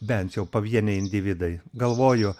bent jau pavieniai individai galvoju